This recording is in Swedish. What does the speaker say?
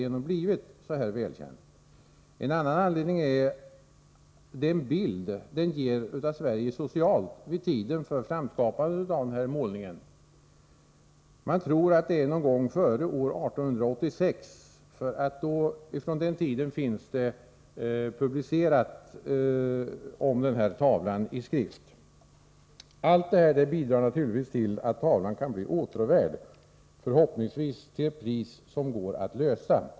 En annan anledning är den bild tavlan ger av hur Sverige socialt såg ut vid den tid då den målades. Man tror att målningen kom till någon gång före år 1886, då tavlan första gången omnämndes i skrift. Allt detta bidrar naturligtvis till att den kan bli åtråvärd — förhoppningsvis får den ett pris som går att klara.